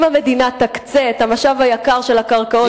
אם המדינה תקצה את המשאב היקר של הקרקעות בנגב והגליל,